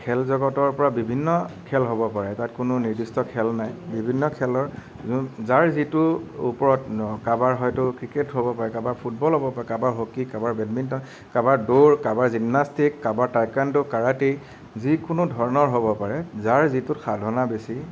খেল জগতৰ পৰা বিভিন্ন খেল হ'ব পাৰে তাত কোনো নিৰ্দিষ্ট খেল নাই বিভিন্ন খেলৰ যোন যাৰ যিটো ওপৰত কাৰোবাৰ হয়তো ক্ৰিকেট হ'ব পাৰে কাৰোবাৰ ফুটবল হ'ব পাৰে কাৰোবাৰ হকী কাৰোবাৰ বেডমিন্টন কাৰোবাৰ দৌৰ কাৰোবাৰ জিমনাষ্টিক কাৰোবাৰ টায়কাণ্ড কাৰাতে যিকোনো ধৰণৰ হ'ব পাৰে যাৰ যিটোত সাধনা বেছি